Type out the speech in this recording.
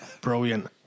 Brilliant